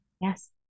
Yes